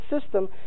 system